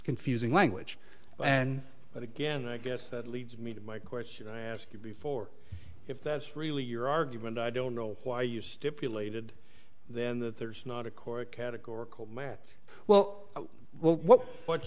confusing language and that again i guess that leads me to my question i asked you before if that's really your argument i don't know why you stipulated then that there's not a court categorical matt well what what